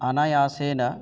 अनयासेन